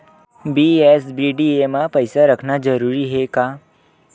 BSBDA मा पईसा रखना जरूरी हे का?